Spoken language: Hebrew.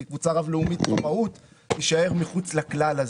קבוצה רב לאומית במהות תישאר מחוץ לכלל הזה.